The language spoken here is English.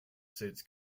states